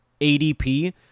ADP